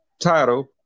title